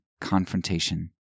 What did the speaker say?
confrontation